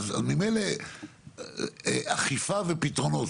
אז ממילא אכיפה ופתרונות.